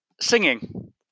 singing